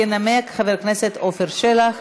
ינמק חבר הכנסת עפר שלח.